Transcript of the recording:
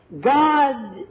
God